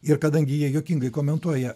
ir kadangi jie juokingai komentuoja